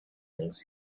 things